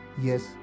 Yes